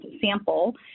sample